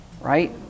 right